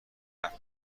حرف